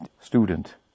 student